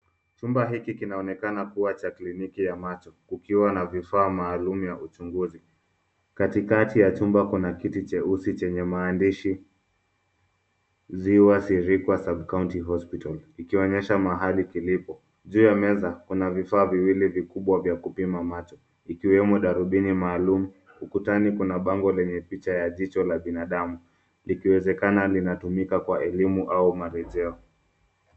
Chumba hiki kinaonekana kuwa cha kliniki ya macho kukiwa na vifaa maalumu ya uchunguzi. Katikati ya chumba kuna kiti cheusi chenye maandishi Ziwa Sirikwa sub-county hospital ikionesha mahali kilipo. Juu meza kuna vifaa viwili vikubwa vya kupima macho ikiwemo darubini maalum. Ukutani kuna bango lenye picha ya jicho la binadamu, ikiwezekana inatumika kwa elimu au marejeo.